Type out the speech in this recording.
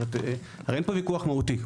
הרי אין פה ויכוח מהותי.